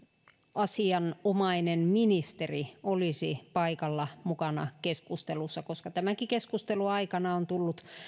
asianomainen ministeri olisi paikalla mukana keskustelussa koska tämänkin keskustelun aikana on tullut